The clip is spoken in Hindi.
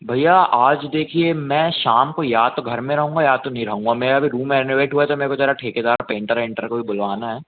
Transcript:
भैया आज देखिए मैं शाम को या तो घर में रहूँगा या तो नहीं रहूँगा मेरा अभी रूम रेनोवेट हुआ है तो मेको ज़रा ठेकेदार पेंटर एंटर को भी बुलवाना है